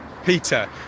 Peter